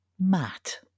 Matt